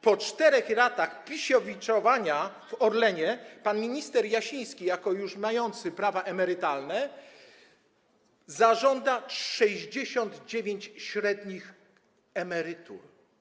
Po 4 latach pisiewiczowania w Orlenie pan minister Jasiński jako już mający prawa emerytalne zażąda 69 średnich emerytur.